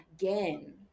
again